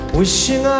wishing